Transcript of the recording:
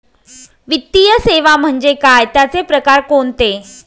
वित्तीय सेवा म्हणजे काय? त्यांचे प्रकार कोणते?